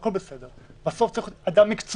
אבל בסופו של דבר צריך להיות אדם מקצועי,